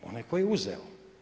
Onaj tko je uzeo.